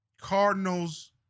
Cardinals